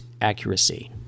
accuracy